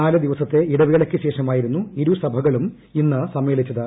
നാല് ദിവസത്തെ ഇടവേളയ്ക്ക് ശേഷമായിരുന്നു ഇരു സഭകളും ഇന്ന് സമ്മേളിച്ചത്